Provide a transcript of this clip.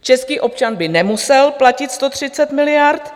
Český občan by nemusel platit 130 miliard.